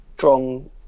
strong